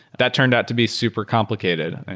that turned out to be super complicated.